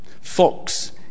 Fox